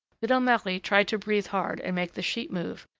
little marie tried to breathe hard and make the sheet move,